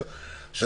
למילה "לרדוף".